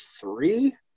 three